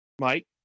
mike